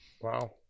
Wow